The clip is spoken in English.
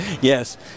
Yes